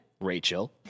Rachel